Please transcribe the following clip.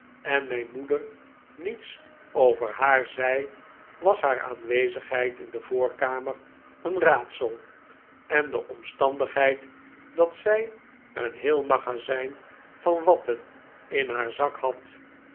en mijn moeder niets over haar zei was haar aanwezigheid in de voorkamer een raadsel en de omstandigheid dat zij een heel magazijn van watten in haar zak had